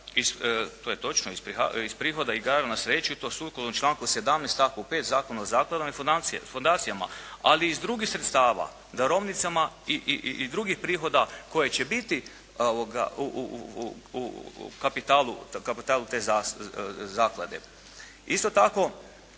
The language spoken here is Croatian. to je točno iz prihoda iz igara na sreću i to sukladno članku 17. stavku 5. Zakona o zakladama i fondacijama ali i iz drugih sredstava darovnicama i drugih prihoda koji će biti u kapitalu te zaklade. Isto tako,